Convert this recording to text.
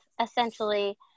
essentially